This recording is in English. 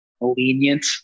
lenient